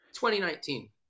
2019